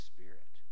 Spirit